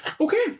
okay